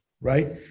right